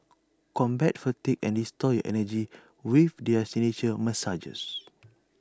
combat fatigue and restore your energy with their signature massages